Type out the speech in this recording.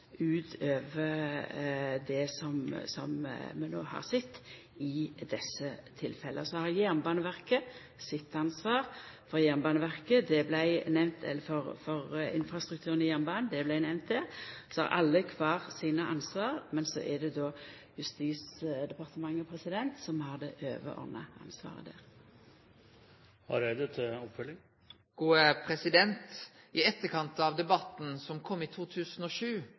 det som vi har sett i desse tilfella. Jernbaneverket har sitt ansvar – infrastrukturen i jernbanen vart nemnd her. Alle har sitt ansvar, men det er Justisdepartementet som har det overordna ansvaret. I etterkant av debatten i 2007 – som kom på grunn av hendinga 28. november 2007 – var det